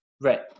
Right